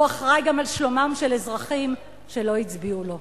אחראי גם על שלומם של אזרחים שלא הצביעו לו.